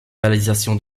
réalisation